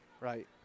Right